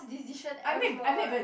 decision ever eh